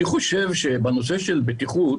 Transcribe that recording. בנושא הבטיחות